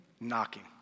knocking